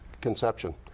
conception